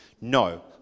No